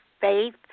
faith